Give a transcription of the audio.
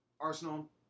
Arsenal